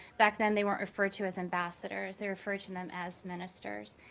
back then they weren't referred to as ambassadors they referred to them as ministers.